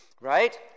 right